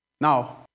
now